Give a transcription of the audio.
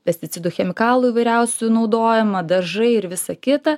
pesticidų chemikalų įvairiausių naudojama dažai ir visa kita